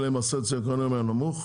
אלה מהסוציואקונומי הנמוך,